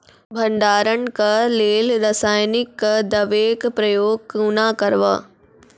भंडारणक लेल रासायनिक दवेक प्रयोग कुना करव?